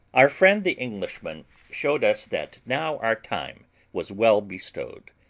our friend the englishman showed us that now our time was well bestowed,